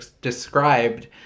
described